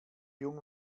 jung